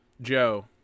joe